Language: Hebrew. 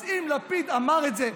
אז אם לפיד אמר את זה,